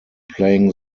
playing